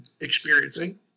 experiencing